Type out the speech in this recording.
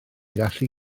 gallu